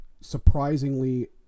surprisingly